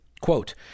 Quote